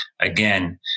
Again